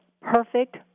perfect